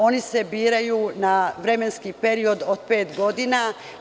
Oni se biraju na vremenski period od pet godina.